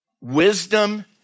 wisdom